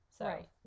Right